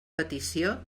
petició